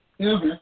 Okay